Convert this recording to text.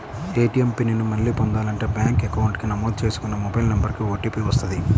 ATM PIN ని మళ్ళీ పొందాలంటే బ్యేంకు అకౌంట్ కి నమోదు చేసుకున్న మొబైల్ నెంబర్ కు ఓటీపీ వస్తది